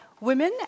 women